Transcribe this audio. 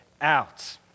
out